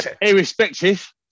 irrespective